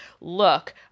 look